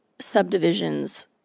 subdivisions